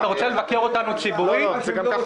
אתה תיקח את מימון